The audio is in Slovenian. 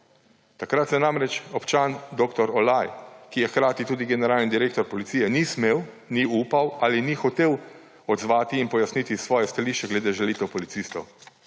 Takrat se namreč občan dr. Olaj, ki je hkrati tudi generalni direktor policije, ni smel, ni upal ali ni hotel odzvati in pojasniti svojega stališča glede žalitev policistov;